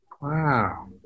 Wow